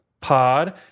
Pod